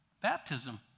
baptism